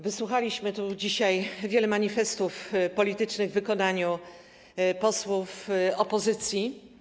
Wysłuchaliśmy tu dzisiaj wielu manifestów politycznych w wykonaniu posłów opozycji.